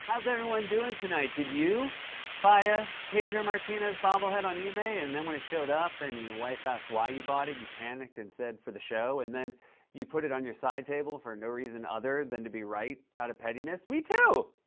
how's everyone doing tonight? did you buy a pedro martinez bobblehead on ebay, and then when it showed up, and your wife asked why you bought it, you panicked and said, for the show, and then you put it on your side table for no reason other than to be right out of pettiness? me, too!